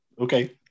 Okay